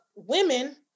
women